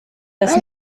das